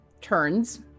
Turns